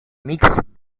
mixed